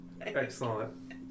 excellent